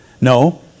No